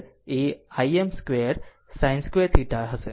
આમ i2 એ Im2sin2θ હશે